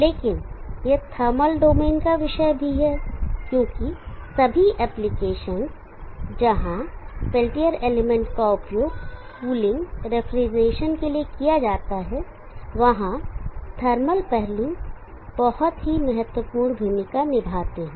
लेकिन यह thermal domain का विषय भी है क्योंकि सभी एप्लीकेसंस जहां पेल्टियर एलिमेंट का उपयोग कूलिंग रेफ्रिजरेशन के लिए किया जाता है वहां थर्मल पहलू बहुत ही महत्वपूर्ण भूमिका निभाते हैं